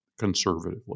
conservatively